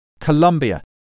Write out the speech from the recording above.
Colombia